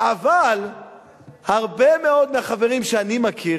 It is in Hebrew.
אבל הרבה מאוד מהחברים שאני מכיר,